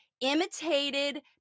imitated